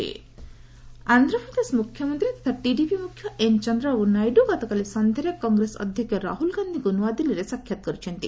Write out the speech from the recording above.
Naidu Rahul meet Andhra Pradesh ମୁଖ୍ୟମନ୍ତ୍ରୀ ତଥା TDP ମୁଖ୍ୟ ଏନ୍ ଚନ୍ଦ୍ରବାବୁ ନାଇଡୁ ଗତକାଲି ସନ୍ଧ୍ୟାରେ କଂଗ୍ରେସ ଅଧ୍ୟକ୍ଷ ରାହୁଳ ଗାନ୍ଧିଙ୍କୁ ନୂଆଦିଲ୍ଲୀରେ ସାକ୍ଷାତ କରିଛନ୍ତି